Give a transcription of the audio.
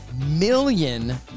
million